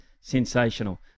Sensational